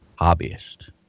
hobbyist